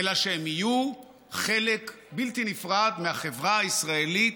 אלא שהם יהיו חלק בלתי נפרד מהחברה הישראלית,